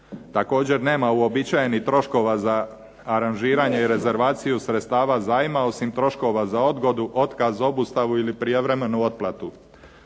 Također nema uobičajenih troškova za aranžiranje i rezervaciju sredstava zajma osim troškova za odgodu, otkaz, obustavu ili prijevremenu otplatu.